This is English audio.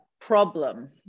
problem